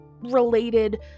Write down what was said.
related